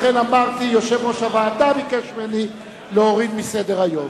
לכן אמרתי שיושב-ראש הוועדה ביקש ממני להסיר אותו מסדר-היום.